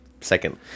second